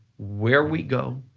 where we go,